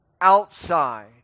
outside